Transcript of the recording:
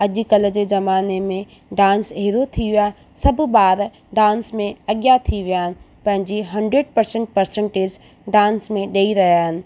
अॼु कल्ह जे ज़माने में डांस अहिड़ी थी वियो आहे सभु ॿार डांस में अॻियां थी विया आहिनि पंहिंजी हंडरेड परसंटेज डांस में ॾेई रहिया आहिनि